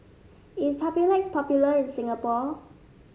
is Papulex popular in Singapore